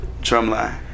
Drumline